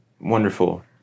wonderful